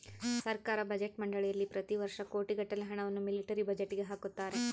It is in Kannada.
ಸರ್ಕಾರ ಬಜೆಟ್ ಮಂಡಳಿಯಲ್ಲಿ ಪ್ರತಿ ವರ್ಷ ಕೋಟಿಗಟ್ಟಲೆ ಹಣವನ್ನು ಮಿಲಿಟರಿ ಬಜೆಟ್ಗೆ ಹಾಕುತ್ತಾರೆ